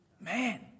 Man